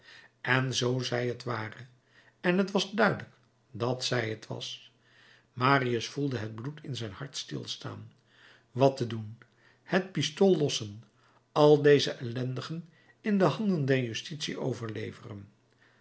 en zoo zij het ware en t was duidelijk dat zij het was marius voelde het bloed in zijn hart stilstaan wat te doen het pistool lossen al deze ellendigen in de handen der justitie overleveren